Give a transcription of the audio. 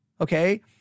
okay